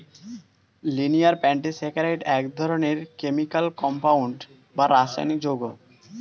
linear polysaccharide এক ধরনের chemical compound বা রাসায়নিক যৌগ